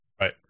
Right